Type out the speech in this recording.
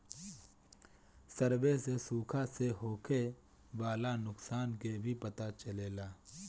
survey से सुखा से होखे वाला नुकसान के भी पता चलेला